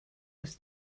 was